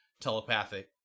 telepathic